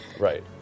right